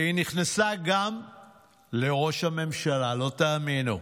והיא נכנסה גם לראש הממשלה, לא תאמינו,